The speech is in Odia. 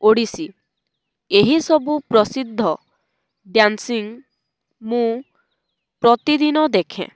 ଓଡ଼ିଶୀ ଏହିସବୁ ପ୍ରସିଦ୍ଧ ଡ୍ୟାନ୍ସିଂ ମୁଁ ପ୍ରତିଦିନ ଦେଖେ